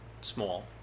small